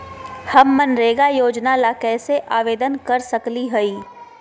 हम मनरेगा योजना ला कैसे आवेदन कर सकली हई?